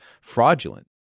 fraudulent